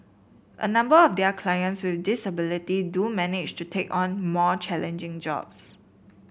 a number of their clients with disability do manage to take on more challenging jobs